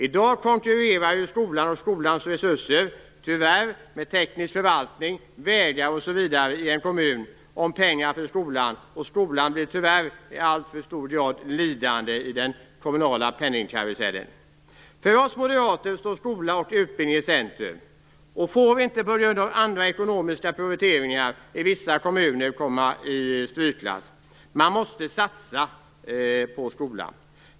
I dag konkurrerar skolan och skolans resurser tyvärr med en kommuns tekniska förvaltning, vägar, osv. Skolan blir tyvärr i alltför hög grad lidande i den kommunala penningkarusellen. För oss moderater står skola och utbildning i centrum och får inte på grund av andra ekonomiska prioriteringar i vissa kommuner komma i strykklass. Man måste satsa på skolan.